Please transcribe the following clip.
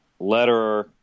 letterer